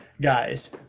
guys